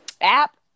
app